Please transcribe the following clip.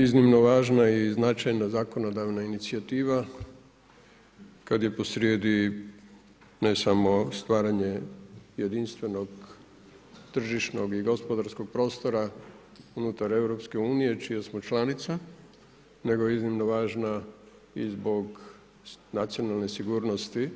Iznimno važna i značajna zakonodavna inicijativa kad je posrijedi ne samo stvaranje jedinstvenog, tržišnog i gospodarskog prostora unutar EU-a čija smo članica nego iznimno važna i zbog nacionalne sigurnosti